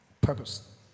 purpose